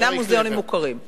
ואינם מוזיאונים מוכרים,